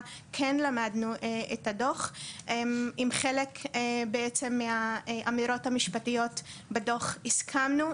כן למדנו את הדוח עם חלק בעצם מהאמירות המשפטיות בדוח הסכמנו,